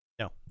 No